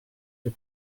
too